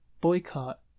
boycott